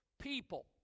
people